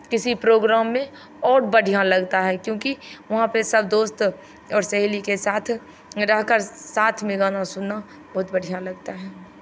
किसी प्रोग्राम में और बढ़ियाँ लगता है क्योंकि वहाँ पे सब दोस्त सब और सहेली के साथ में रहकर साथ में गाना सुनना बहुत बढ़ियाँ लगता है